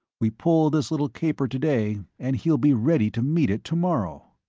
we pull this little caper today, and he'll be ready to meet it tomorrow.